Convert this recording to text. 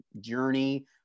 journey